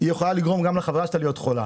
היא יכולה לגרום גם לחברה שלה להיות חולה,